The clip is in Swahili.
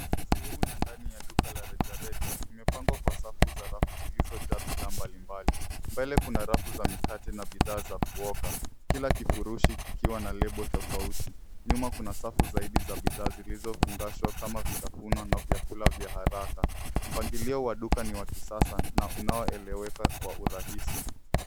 Sehemu ya ndani ya duka la rejareja imepangwa kwa safu za rafu zilizojaa bidhaa mbalimbali. Mbele kuna rafu za mikate na bidhaa z akuoka. Kila kifurushi kikiwa na lebo tofauti. Nyuma kuna safu zaidi za bidhaa zilizofungashwa kama vitafuno na vyakula vya haraka. Mpangilio wa duka ni wa kisasa na unaoeleweka kwa urahisi.